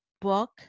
book